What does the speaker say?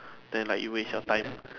then like you waste your time